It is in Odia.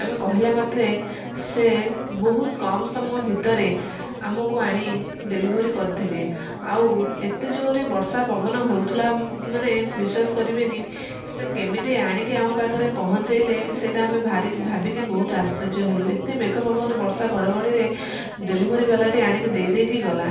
ଆମେ କହିଲା ମାତ୍ରେ ସେ ବହୁତ କମ୍ ସମୟ ଭିତରେ ଆମକୁ ଆଣି ଡେଲିଭରି କରିଥିଲେ ଆଉ ଏତେ ଜୋରେ ବର୍ଷା ପବନ ହେଉଥିଲା କି ମାନେ ବିଶ୍ଵାସ କରିବେନି ସେ କେମିତି ଆଣିକି ଆମ ପାଖରେ ପହଞ୍ଚାଇଲେ ସେଇଟା ଆମେ ଭାରି ଭାବିକି ବହୁତ ଆଶ୍ଚର୍ଯ୍ୟ ହେଲୁ ଏତେ ମେଘ ପବନ ବର୍ଷା ଘଡ଼ଘଡ଼ିରେ ଡେଲିଭରି ବାଲାଟା ଆଣିକି ଦେଇ ଦେଇକି ଗଲା